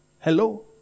Hello